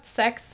sex